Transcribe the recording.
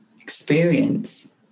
experience